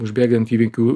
užbėgant įvykių